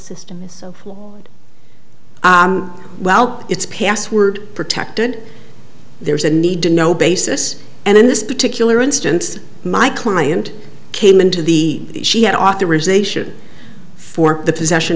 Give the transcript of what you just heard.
system well it's password protected there's a need to know basis and in this particular instance my client came into the she had authorization for the possession